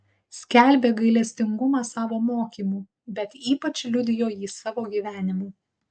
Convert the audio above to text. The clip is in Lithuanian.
skelbė gailestingumą savo mokymu bet ypač liudijo jį savo gyvenimu